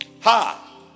Ha